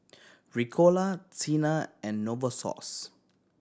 Ricola Tena and Novosource